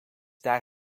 daar